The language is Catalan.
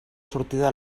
sortida